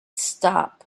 stop